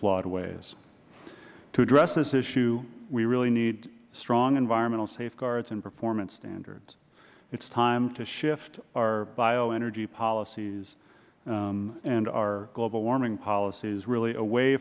flawed ways to address this issue we really need strong environmental safeguards and performance standards it is time to shift our bioenergy policies and our global warming policies really away